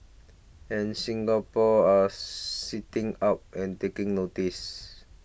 and Singapore are sitting up and taking notice